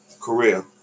career